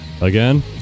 again